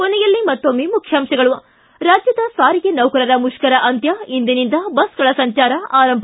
ಕೊನೆಯಲ್ಲಿ ಮತ್ತೊಮ್ಮೆ ಮುಖ್ಯಾಂಶಗಳು ಿ ರಾಜ್ಯದ ಸಾರಿಗೆ ನೌಕರರ ಮುಷ್ಕರ ಅಂತ್ಯ ಇಂದಿನಿಂದ ಬಸ್ಗಳ ಸಂಚಾರ ಆರಂಭ